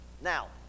Now